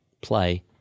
play